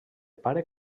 pare